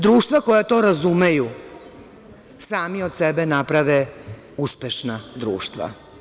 Društva koja to razumeju sami od sebe naprave uspešna društva.